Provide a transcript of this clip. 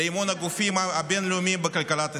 לאמון הגופים הבין-לאומיים בכלכלת ישראל.